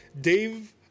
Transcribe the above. Dave